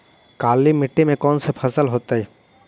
काला मिट्टी में कौन से फसल होतै?